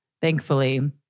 thankfully